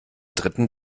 dritten